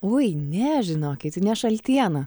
oi ne žinokit ne šaltiena